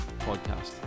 podcast